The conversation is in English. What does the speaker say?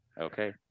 okay